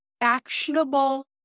actionable